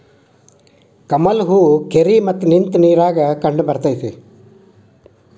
ಕಮಲ ಹೂ ಕೆರಿ ಮತ್ತ ನಿಂತ ನೇರಾಗ ಕಂಡಬರ್ತೈತಿ